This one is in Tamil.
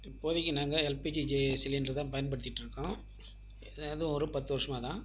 இப்போதைக்கு நாங்கள் எல்பிஜி ஜே சிலிண்டர்தான் பயன்படுத்திகிட்டு இருக்கோம் அதுவும் ஒரு பத்து வருஷமாகதான்